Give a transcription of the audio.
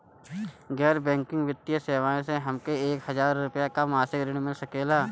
गैर बैंकिंग वित्तीय सेवाएं से हमके एक हज़ार रुपया क मासिक ऋण मिल सकेला?